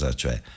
cioè